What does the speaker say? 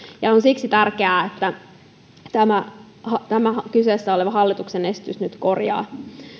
ja on siksi tärkeää että tämän kyseessä oleva hallituksen esitys nyt korjaa